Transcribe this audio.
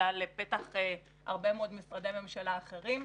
אלא לפתחם של הרבה מאוד משרדי ממשלה אחרים.